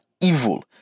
evil